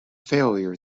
failure